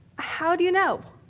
how do you know?